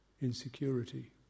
insecurity